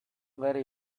very